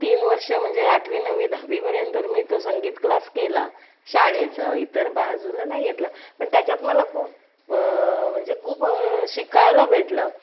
तीन वर्ष म्हणजे आठवी नववी दहावीपर्यंत तर मी तो संगीत क्लास केला शाळेचा इतर बाजूला नाही घेतला पण त्याच्यात मला खूप म्हणजे खूप शिकायला भेटलं